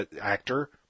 actor